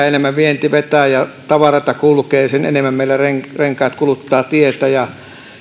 enemmän vienti vetää ja tavaroita kulkee sen enemmän meillä renkaat renkaat kuluttavat tietä olen